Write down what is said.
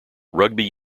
rugby